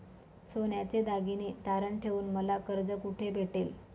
सोन्याचे दागिने तारण ठेवून मला कर्ज कुठे भेटेल?